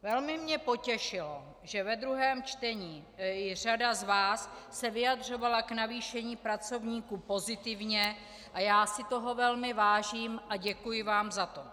Velmi mě potěšilo, že ve druhém čtení se řada z vás vyjadřovala k navýšení pracovníků pozitivně, a já si toho velmi vážím a děkuji vám za to.